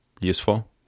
useful